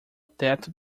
teto